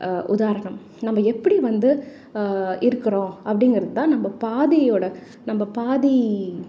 உதாரணம் நம்ம எப்படி வந்து இருக்கிறோம் அப்படிங்கிறதுதான் நம்ம பாதியோட நம்ம பாதி